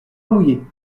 mouillés